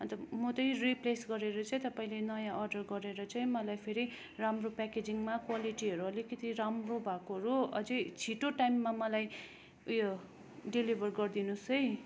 अन्त म त्यही रिप्लेस गरेर चाहिँ तपाईँले नयाँ अर्डर गरेर चाहिँ मलाई फेरि राम्रो प्याकेजिङमा क्वालिटीहरू अलिकति राम्रो भएकोहरू अझै छिटो टाइममा मलाई उयो डेलिभर गरिदिनुहोस् है